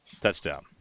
Touchdown